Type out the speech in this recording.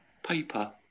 Paper